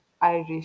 irish